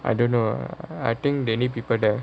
I don't know ah I think they need people there